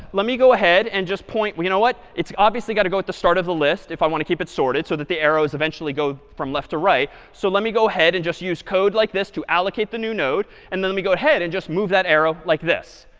let me go ahead and just point you know what, it's obviously got to go to the start of the list if i want to keep it sorted, so that the arrows eventually go from left to right. so let me go ahead and just use code like this to allocate the new node. and let me go ahead and just move that arrow like this.